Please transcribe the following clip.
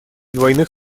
двойных